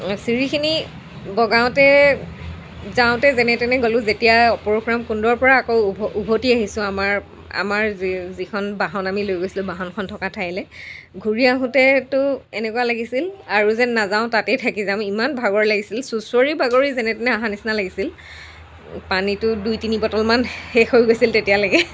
চিৰিখিনি বগাওঁতে যাওঁতে যেনে তেনে গলোঁ যেতিয়া পৰশুৰাম কুণ্ডৰ পৰা আকৌ উভ উভতি আহিছোঁ আমাৰ আমাৰ যিখন বাহন আমি লৈ গৈছিলোঁ বাহনখন থকা ঠাইলে ঘূৰি আহোঁতেতো এনেকুৱা লাগিছিল আৰু যেন নাযাওঁ তাতে থাকি যাম ইমান ভাগৰ লাগিছিল চুঁচৰি বাগৰি যেনে তেনে অহাৰ নিচিনা লাগিছিল পানীটো দুই তিনি বটলমান শেষ হৈ গৈছিল তেতিয়ালৈকে